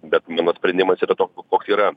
bet mano sprendimas yra toks koks yra